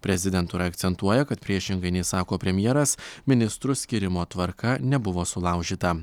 prezidentūra akcentuoja kad priešingai nei sako premjeras ministrų skyrimo tvarka nebuvo sulaužyta